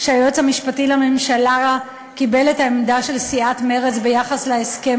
שהיועץ המשפטי לממשלה קיבל את העמדה של סיעת מרצ ביחס להסכם